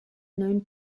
known